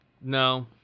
no